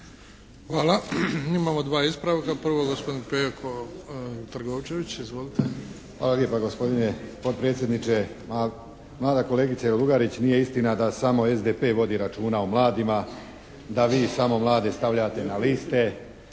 Hvala. Imamo dva ispravka. Prvo gospodin Pejo Trgovčević. Izvolite. **Trgovčević, Pejo (HSP)** Hvala lijepa gospodine potpredsjedniče. Ma mlada kolegice Lugarić nije istina da samo SDP vodi računa o mladima, da vi samo mlade stavljate na liste